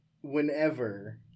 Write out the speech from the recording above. whenever